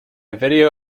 video